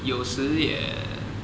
有时也